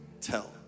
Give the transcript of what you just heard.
tell